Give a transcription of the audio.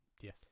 yes